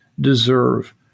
deserve